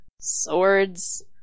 swords